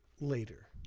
later